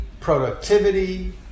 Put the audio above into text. productivity